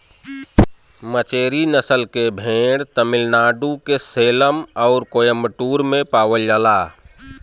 मचेरी नसल के भेड़ तमिलनाडु के सेलम आउर कोयम्बटूर में पावल जाला